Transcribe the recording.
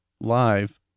live